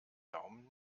daumen